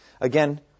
Again